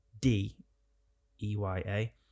D-E-Y-A